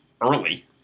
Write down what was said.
early